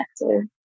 connected